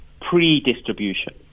pre-distribution